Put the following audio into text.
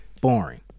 boring